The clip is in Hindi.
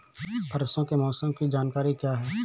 परसों के मौसम की जानकारी क्या है?